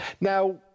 now